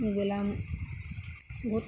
मबाइला बहुद